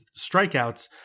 strikeouts